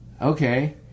Okay